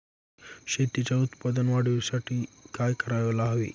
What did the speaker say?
शेतीच्या उत्पादन वाढीसाठी काय करायला हवे?